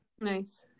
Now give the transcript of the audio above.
Nice